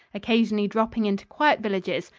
occasionally dropping into quiet villages,